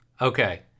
okay